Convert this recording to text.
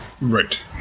Right